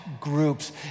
groups